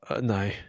no